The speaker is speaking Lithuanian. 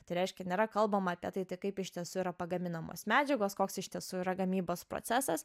tai reiškia nėra kalbama apie tai tai kaip iš tiesų yra pagaminamos medžiagos koks iš tiesų yra gamybos procesas